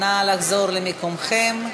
נא לחזור למקומותיכם.